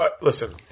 listen